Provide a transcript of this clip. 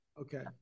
Okay